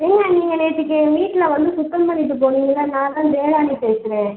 ஏங்க நீங்கள் நேற்றுக்கு எங்கள் வீட்டில் வந்து சுத்தம் பண்ணிட்டு போனீங்கில்ல நான் தான் ஜெயராணி பேசுகிறேன்